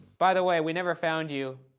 by the way, we never found you,